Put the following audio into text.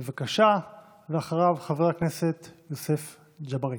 בבקשה, ואחריו, חבר הכנסת יוסף ג'בארין.